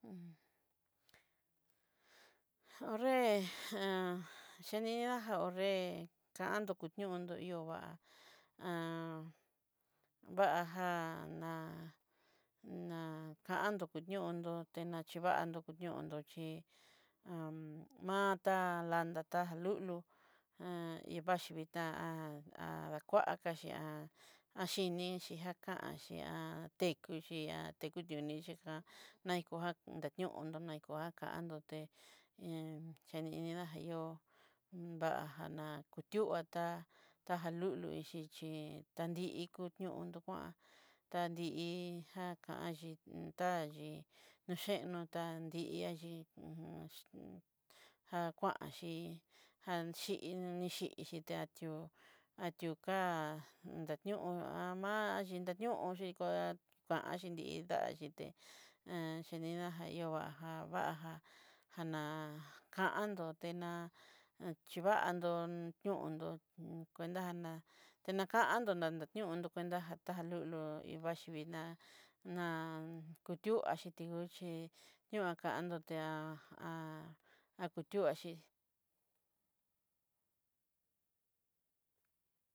ho'nre jan xhiniña ja ho'nré, kando kuñondó ihó váa aja náa, ná kandó koñondó xhivandó ñondó chí, ntá lantá tá lulu vaxhi vii tá akaxhi ikixhí a kanxhí na temkuxhi kunioixijá maxico ja naniondó jan mexico akaindoté cheinidá ja yo'o, vajaña kutuatá ta lulu ixhichi tadi'iko ñondo kuan ta di'i já vakanxhi tadayii noyeno tá di'iaxhi ujun jan kuanxhi, ja ni xhixi ati'o atió ká danió amaxhi dañoxhi ka kuanxhi nri idáxhite dája ihova javaja janá kandoté ná xhivandó niondó, cuanta na tenakuando na no ñondo cuenta ta lulu vaxhi viná ná kutuaxhí tiuchée ñu nguankando te akutuaxhi.